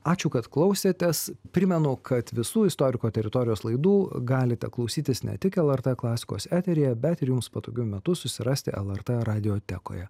ačiū kad klausėtės primenu kad visų istoriko teritorijos laidų galite klausytis ne tik lrt klasikos eteryje bet ir jums patogiu metu susirasti lrt radiotekoje